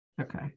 Okay